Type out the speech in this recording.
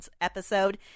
episode